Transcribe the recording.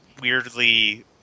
weirdly